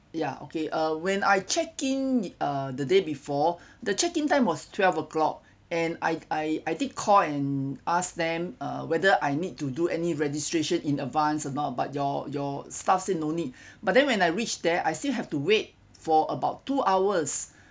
ya okay uh when I check in uh the day before the check in time was twelve o'clock and I I I did call and ask them uh whether I need to do any registration in advance or not but your your staff says no need but then when I reach there I still have to wait for about two hours